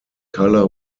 colour